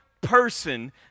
person